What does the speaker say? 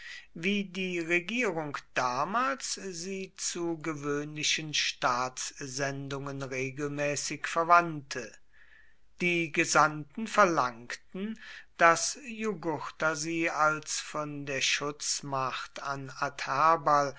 wie die regierung damals sie zu gewöhnlichen staatssendungen regelmäßig verwandte die gesandten verlangten daß jugurtha sie als von der schutzmacht an